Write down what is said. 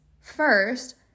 first